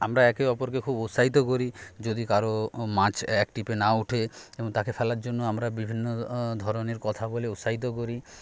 আমরা একে অপরকে খুব উৎসাহিত করি যদি কারও মাছ এক টিপে না ওঠে তাকে ফেলার জন্য আমরা বিভিন্ন ধরনের কথা বলে উৎসাহিত করি